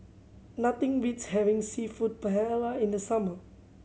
nothing beats having Seafood Paella in the summer